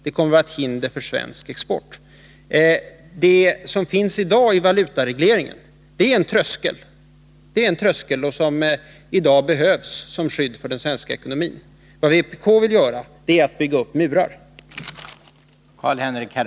Det kommer att vara ett hinder för svensk export. Det som nu finns i valutaregleringen är en tröskel, som i dag behövs som skydd för den svenska ekonomin. Vad vpk vill göra är att bygga upp en mur.